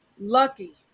lucky